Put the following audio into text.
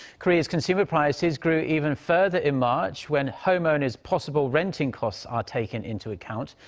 korea's consumer prices grew even further in march. when homeowners' possible renting costs are taken into account.